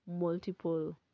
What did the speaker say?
multiple